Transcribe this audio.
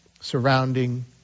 surrounding